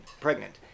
pregnant